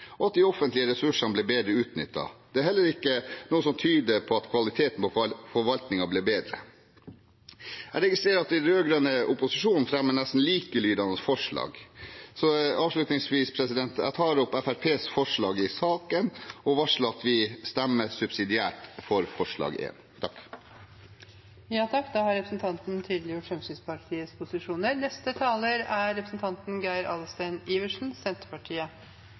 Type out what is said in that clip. Det er heller ikke noe som tyder på at kvaliteten i forvaltningen ble dårligere. Jeg registrerer at den rød-grønne opposisjonen fremmer et nesten likelydende forslag som oss. Avslutningsvis tar jeg opp Fremskrittspartiets forslag i saken, og varsler at vi stemmer subsidiært for forslag nr. 1. Representanten Bengt Rune Strifeldt har tatt opp det forslaget han viste til. Havbruksnæringen er en stor og viktig næring for landet vårt. Næringen har hatt en sterk kostnadsvekst, og Senterpartiet